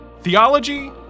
Theology